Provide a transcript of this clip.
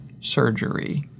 surgery